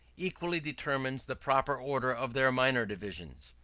equally determines the proper order of their minor divisions.